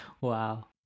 Wow